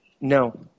No